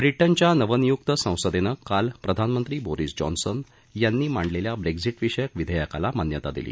व्रिटनच्या नवनियुक्त संसदातीकाल प्रधानमंत्री बोरिस जॉन्सन यांनी मांडलख्खा ब्रसिम्टविषयक विधत्ककाला मान्यता दिली